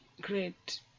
great